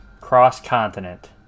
cross-continent